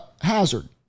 Hazard